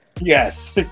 Yes